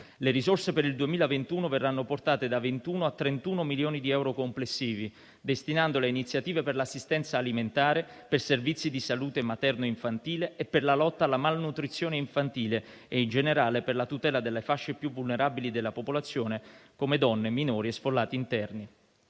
Le risorse per il 2021 verranno portate da 21 a 31 milioni di euro complessivi, destinandole a iniziative per l'assistenza alimentare, per servizi di salute materno-infantile e per la lotta alla malnutrizione infantile e, in generale, per la tutela delle fasce più vulnerabili della popolazione come donne, minori e sfollati interni.